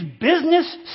business